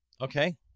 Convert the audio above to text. okay